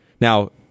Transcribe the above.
Now